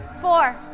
four